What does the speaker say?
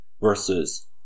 versus